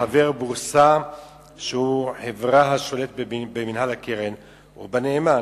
לחבר בורסה שהוא חברה השולטת במנהל הקרן או בנאמן,